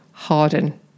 Harden